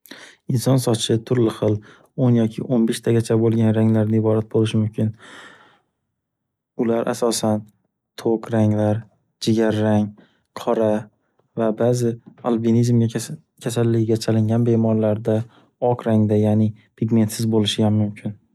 Inson sochi turli xil o'n yoki o'n beshtagacha boʻlgan ranglardan iborat boʻlishi mumkin. Ular asosan to'q ranglar, jigarrang, qora va baʼzi albinizm kasal- kasalligiga chalingan bemorlarda oq rangda ya'ni pigmentsiz bo'lishiyam mumkin.